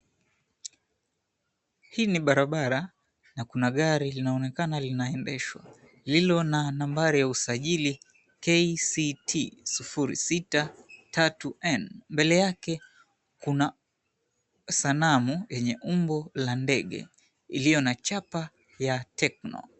Hii ni barabara, na kuna gari linaonekana linaendeshwa, lililo na nambari ya usajili KCT 063N. Mbele yake kuna sanamu yenye umbo la ndege, iliyo na chapa ya Tecno.